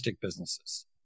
businesses